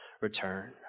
return